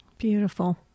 Beautiful